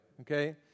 Okay